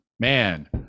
Man